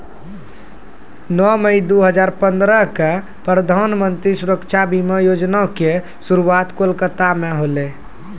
नौ मई दू हजार पंद्रह क प्रधानमन्त्री सुरक्षा बीमा योजना के शुरुआत कोलकाता मे होलै